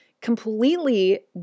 completely